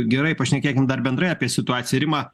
gerai pašnekėkim dar bendrai apie situaciją rima